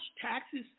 taxes